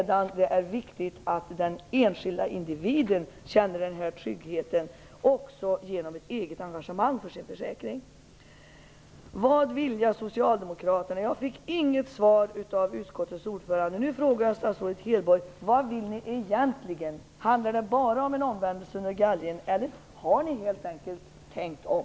Det är viktigt att den enskilda individen känner den tryggheten, också genom ett eget engagemang för sin försäkring. Vad vilja socialdemokraterna? Jag fick inget svar av utskottets ordförande. Nu frågar jag statsrådet Hedborg: Vad vill ni egentligen? Handlar det bara om en omvändelse under galgen, eller har ni helt enkelt tänkt om?